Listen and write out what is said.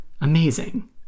Amazing